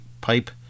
pipe